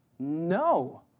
No